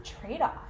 trade-off